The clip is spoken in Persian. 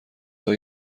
های